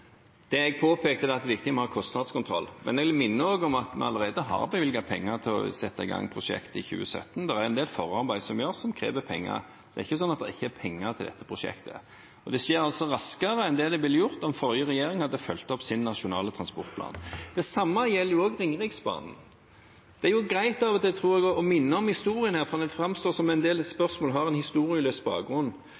det jeg selv sa. Det jeg påpekte, var at det er viktig å ha kostnadskontroll, men jeg vil minne om at vi allerede har bevilget penger til å sette i gang prosjektet i 2017. Det er en del forarbeid som gjøres, som krever penger. Det er ikke slik at det ikke er penger til dette prosjektet. Og det skjer altså raskere enn det ville gjort om forrige regjering hadde fulgt opp sin nasjonale transportplan. Det samme gjelder for Ringeriksbanen. Jeg tror det er greit å minne om historien her, for det framstår som at en del